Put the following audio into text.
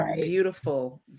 beautiful